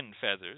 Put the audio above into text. feathers